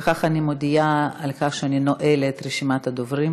בכך אני מודיעה על כך שאני נועלת את רשימת הדוברים.